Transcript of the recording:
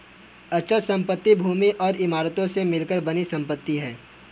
अचल संपत्ति भूमि और इमारतों से मिलकर बनी संपत्ति है